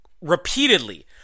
repeatedly